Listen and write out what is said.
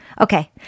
Okay